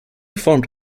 formed